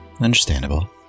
Understandable